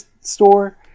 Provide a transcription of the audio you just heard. store